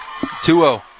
2-0